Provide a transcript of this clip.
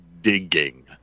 digging